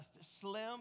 slim